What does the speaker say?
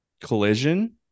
Collision